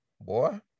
Boy